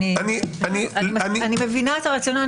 אני מבינה את הרציונל.